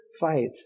fight